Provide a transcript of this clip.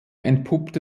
entpuppte